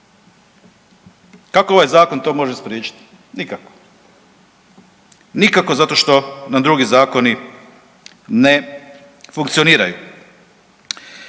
Kako ovaj Zakon to može spriječiti? Nikako. Nikako zato što nam drugi zakoni ne funkcioniraju.